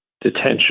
detention